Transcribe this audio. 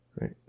Right